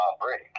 break